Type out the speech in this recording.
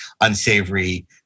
unsavory